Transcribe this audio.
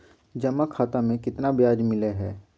जमा खाता में केतना ब्याज मिलई हई?